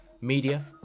media